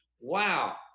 wow